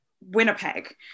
Winnipeg